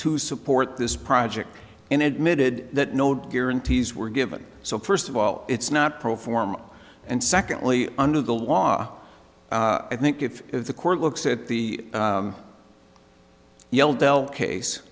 to support this project and admitted that no guarantees were given so first of all it's not perform and secondly under the law i think if the court looks at the yele del case